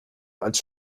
als